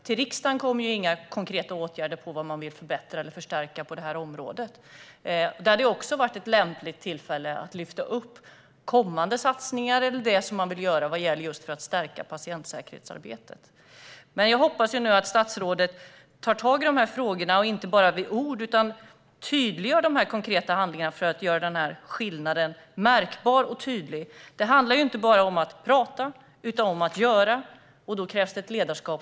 Till riksdagen kommer inga konkreta åtgärder om vad man vill förbättra eller förstärka på området. Det här hade varit ett lämpligt tillfälle att också lyfta upp kommande satsningar eller det som man vill göra för att stärka patientsäkerhetsarbetet. Jag hoppas nu att statsrådet tar tag i frågorna och tydliggör de konkreta handlingarna för att göra skillnaden märkbar så att det inte bara blir ord. Det handlar inte bara om att prata utan även om att göra.